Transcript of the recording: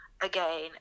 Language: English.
again